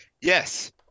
Yes